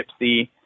gypsy